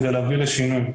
כדי להביא לשינוי.